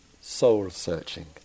soul-searching